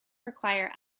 require